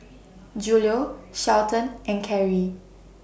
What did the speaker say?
Julio Shelton and Carey